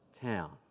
town